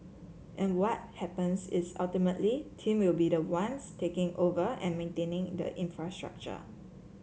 and what happens is ultimately team will be the ones taking over and maintaining the infrastructure